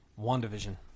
wandavision